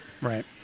Right